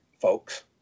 folks